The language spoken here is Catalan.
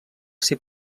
ser